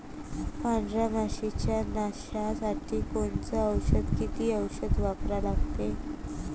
पांढऱ्या माशी च्या नाशा साठी कोनचं अस किती औषध वापरा लागते?